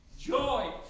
joy